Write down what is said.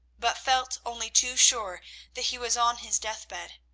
but felt only too sure that he was on his deathbed.